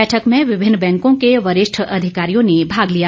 बैठक में विभिन्न बैंकों के वरिष्ठ अधिकारियों ने भाग लिया